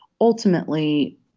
ultimately